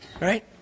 Right